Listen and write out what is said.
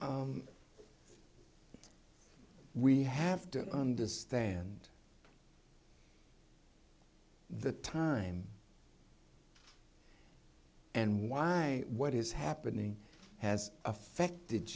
we have to understand the time and why what is happening has affected